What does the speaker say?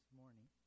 morning